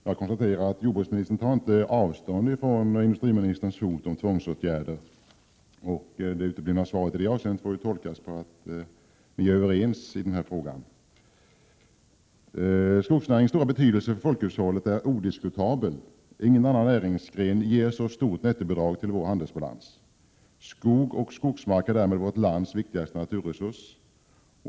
Herr talman! Jag konstaterar att jordbruksministern inte tar avstånd från industriministerns hot om tvångsåtgärder, och det uteblivna svaret i det avseendet tolkar jag som att ni är överens i den här frågan. Skogsnäringens stora betydelse för folkhushållet är odiskutabel. Ingen annan näringsgren ger så stort nettobidrag till vår handelsbalans. Skog och skogsmark är därmed vårt lands viktigaste naturresurs.